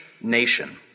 nation